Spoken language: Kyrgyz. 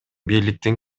бийликтин